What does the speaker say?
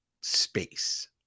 space